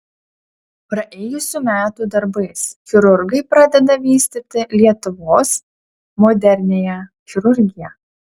praėjusių metų darbais chirurgai pradeda vystyti lietuvos moderniąją chirurgiją